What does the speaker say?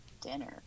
Dinner